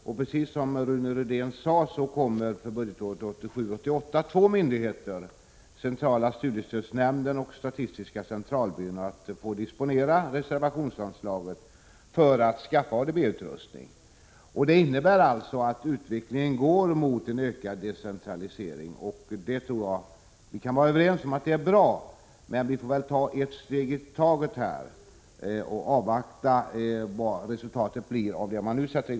Alldeles som Rune Rydén sade kommer under budgetåret 1987/88 två myndigheter, centrala studiestödsnämnden och statistiska centralbyrån, att få disponera reservationsanslaget för anskaffning av ADB-utrustning. Detta innebär att utvecklingen går mot en ökad decentralisering, vilket jag tror vi kan vara överens om är bra. Men vi får väl ta ett steg i taget och avvakta resultatet av vad man nu påbörjar.